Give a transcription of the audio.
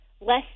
less